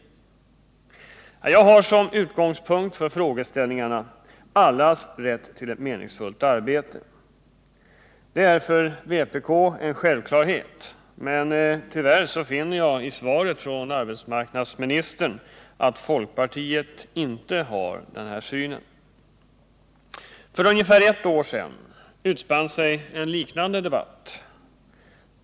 Jag har som utgångspunkt för frågeställningarna allas rätt till ett meningsfullt arbete. Det är för vpk en självklarhet, men tyvärr finner jag i svaret från arbetsmarknadsministern att folkpartiet inte har denna synpunkt. För ungefär ett år sedan utspann sig en liknande debatt.